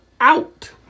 out